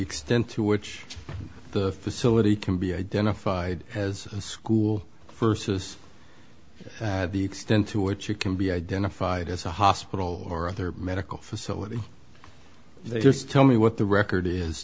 extent to which the facility can be identified as school st is the extent to which you can be identified as a hospital or other medical facility just tell me what the record is